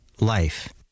life